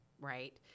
right